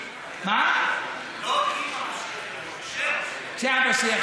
לא אם המשיח יבוא, כשהמשיח יבוא.